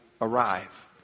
arrive